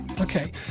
Okay